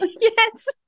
yes